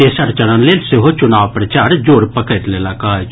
तेसर चरण लेल सेहो चुनाव प्रचार जोर पकड़ि लेलक अछि